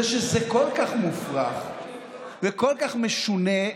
זה שזה כל כך מופרך וכל כך משונה,